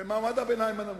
במעמד הביניים הנמוך.